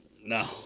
No